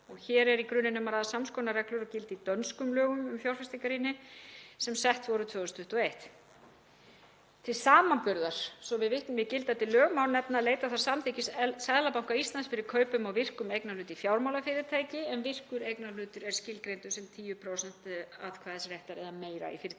Hér er í grunninn um að ræða sams konar reglur og gilda í dönskum lögum um fjárfestingarýni sem sett voru 2021. Til samanburðar, svo við vitnum í gildandi lög, má nefna að leita þarf samþykkis Seðlabanka Íslands fyrir kaupum á virkum eignarhlut í fjármálafyrirtæki en virkur eignarhlutur er skilgreindur sem 10% atkvæðisréttar eða meira í fyrirtækinu.